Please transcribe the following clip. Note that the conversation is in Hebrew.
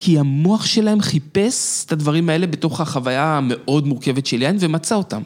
כי המוח שלהם חיפש את הדברים האלה בתוך החוויה המאוד מורכבת שלהן ומצא אותם.